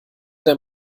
der